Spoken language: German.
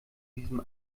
diesem